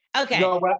Okay